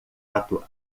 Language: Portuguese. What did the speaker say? ato